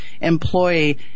employee